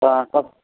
अँ तप्